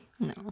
No